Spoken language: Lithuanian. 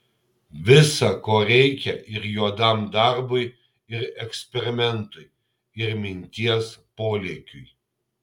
visa ko reikia ir juodam darbui ir eksperimentui ir minties polėkiui